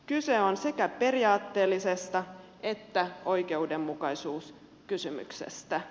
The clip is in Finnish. kyse on sekä periaatteellisesta että oikeudenmukaisuuskysymyksestä